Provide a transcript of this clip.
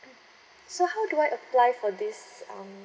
so how do I apply for this um